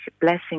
blessing